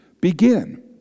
begin